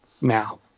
now